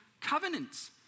covenants